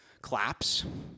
claps